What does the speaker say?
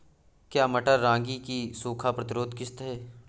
क्या मटर रागी की सूखा प्रतिरोध किश्त है?